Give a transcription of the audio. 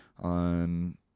on